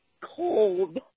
cold